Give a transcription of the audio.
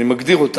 אני מגדיר אותה,